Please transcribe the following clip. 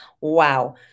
wow